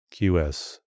QS